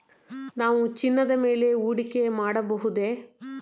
ನಾವು ಚಿನ್ನದ ಮೇಲೆ ಹೂಡಿಕೆ ಮಾಡಬಹುದೇ?